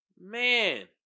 Man